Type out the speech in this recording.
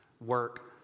work